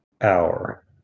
hour